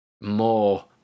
more